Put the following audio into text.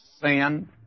sin